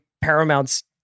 Paramount's